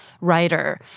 writer